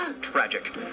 Tragic